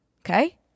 Okay